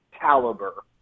caliber